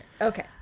Okay